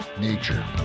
nature